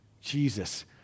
Jesus